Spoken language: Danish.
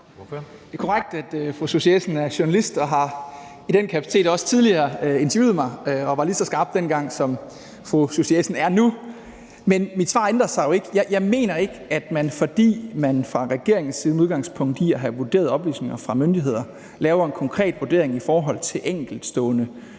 Det er korrekt, at fru Susie Jessen er journalist og i den egenskab også tidligere har interviewet mig og var lige så skarp dengang, som fru Susie Jessen er nu. Men mit svar ændrer sig ikke. Jeg mener ikke, at det, at man fra regeringens side med udgangspunkt i at have vurderet oplysninger fra myndigheder, laver en konkret vurdering i forhold til enkeltstående danske